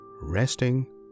resting